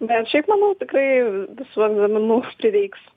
nes šiaip manau tikrai visų egzaminų prireiks